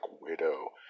Widow